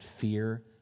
fear